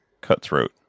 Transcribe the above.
cutthroat